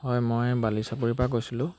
হয় মই বালিচাপৰিৰপৰা কৈছিলোঁ